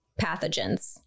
pathogens